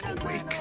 awake